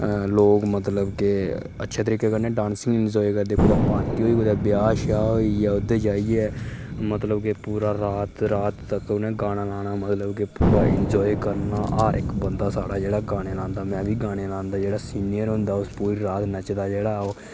लोग मतलब कि अच्छे तरीके कन्नै डांस एन्जॉय करदे कुदै पार्टी होई कुदै ब्याह् श्याह् होई जा उद्धर जाइयै मतलब की पूरा रात रात तक उ'नें गाना गाना मतलब की पूरा एन्जॉय करना हर इक बंदा साढ़ा जेह्ड़ा गाने लांदा में बी गाने लांदा जेह्ड़ा सीनियर होंदा पूरी रात नच्चदा जेह्ड़ा ओह्